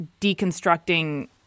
deconstructing